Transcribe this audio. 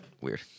weird